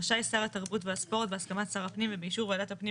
רשאי שר התרבות והספורט בהסכמת שר הפנים ובאישור ועדת הפנים